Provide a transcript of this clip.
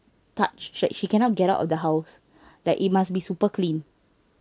touch like she cannot get out of the house like it must be super clean